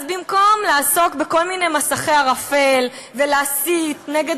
אז במקום לעסוק בכל מיני מסכי ערפל ולהסית נגד